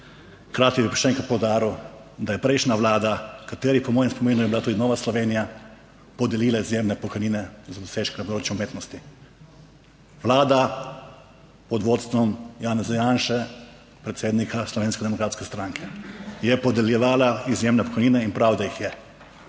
Hkrati bi pa še enkrat poudaril, da je prejšnja vlada, kateri po mojem spominu je bila tudi Nova Slovenija, podelila izjemne pokojnine za dosežke na področju umetnosti. Vlada pod vodstvom Janeza Janše, predsednika Slovenske demokratske stranke, je podeljevala izjemne pokojnine in prav je, da jih je